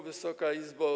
Wysoka Izbo!